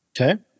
Okay